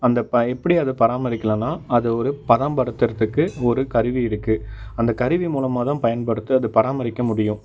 அந்த எப்படி அதை பராமரிக்கலான்னா அதை ஒரு பதாம்படுத்தறத்துக்கு ஒரு கருவி இருக்கு அந்தக் கருவி மூலமாக தான் பயன்படுத்த அதை பாரமரிக்க முடியும்